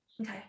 Okay